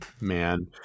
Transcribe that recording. man